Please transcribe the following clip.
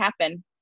happen